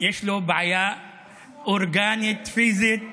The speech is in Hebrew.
שיש לו בעיה אורגנית, פיזית,